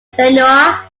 senior